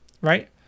right